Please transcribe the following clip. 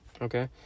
Okay